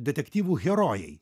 detektyvų herojai